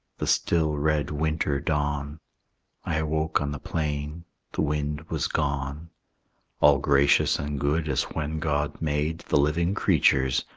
the still red winter dawn i awoke on the plain the wind was gone all gracious and good as when god made the living creatures,